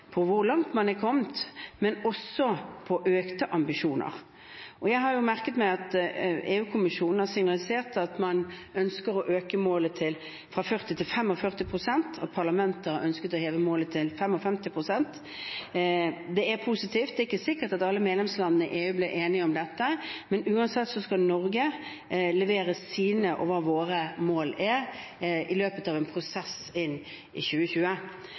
økte ambisjoner. Jeg har merket meg at EU-kommisjonen har signalisert at man ønsker å øke målet fra 40 til 45 pst., og at EU-parlamentet har ønsket å heve målet til 55 pst. Det er positivt. Det er ikke sikkert at alle medlemslandene i EU blir enige om dette, men uansett skal Norge levere på hva våre mål er i løpet av en prosess inn i 2020.